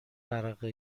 ورقه